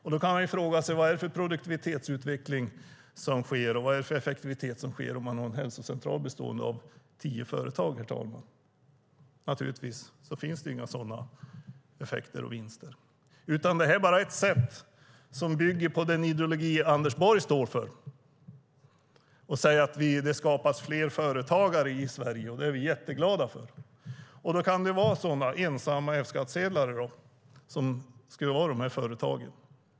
Man kan fråga sig: Vad är det för produktivitetsutveckling och effektivisering som sker när man har en hälsocentral bestående av tio företag? Det finns naturligtvis inte några sådana effekter och vinster. Det är bara ett sätt som bygger på den ideologi som Anders Borg står för. Man säger: Det skapas fler företagare i Sverige, och det är vi jätteglada för. Det kan vara sådana ensamma företagare med F-skattsedlar som ska vara dessa företag.